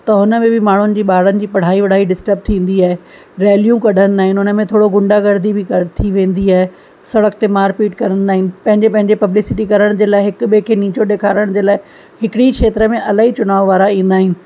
त हुन में बि माण्हुनि जी ॿारनि जी पढ़ाई वढ़ाई डिस्टर्ब थींदी आहे रैल्यू कढ़ंदा आहिनि हुन में थोरो गुंदागर्दी बि कर थी वेंदी आहे सड़क ते मार पीट कंदा आहिनि पंहिंजे पंहिंजे पब्लिसिटी करण जे लाइ हिक ॿिएं खे नीचो ॾेखारण जे लाइ हिकिड़ी खेत्र में इलाही चुनाव वारा ईंदा आहिनि